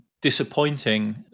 disappointing